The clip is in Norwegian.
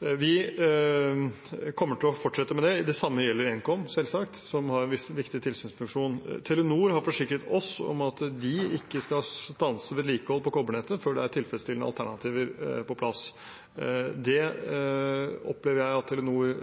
Vi kommer til å fortsette med det, og det samme gjelder selvsagt Nkom, som har en viktig tilsynsfunksjon. Telenor har forsikret oss om at de ikke skal stanse vedlikehold på kobbernettet før det er tilfredsstillende alternativer på plass. Det opplever jeg at Telenor